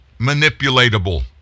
manipulatable